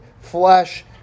flesh